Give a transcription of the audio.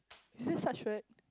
is this such word